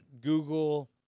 Google